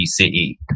BCE